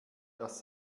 dass